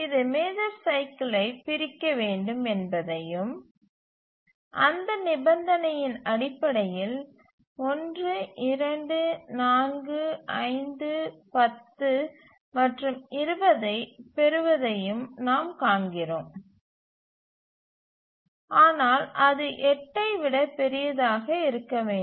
இது மேஜர் சைக்கிலை ப் பிரிக்க வேண்டும் என்பதையும் அந்த நிபந்தனையின் அடிப்படையில் 1 2 4 5 10 மற்றும் 20 ஐப் பெறுவதையும் நாம் காண்கிறோம் ஆனால் அது 8 ஐ விட பெரியதாக இருக்க வேண்டும்